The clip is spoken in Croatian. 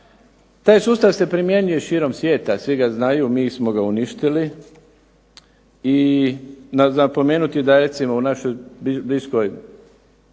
Taj sustav se primjenjuje širom svijeta, svi znaju, mi smo ga uništili. I za napomenuti je da je u našoj bliskoj